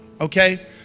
Okay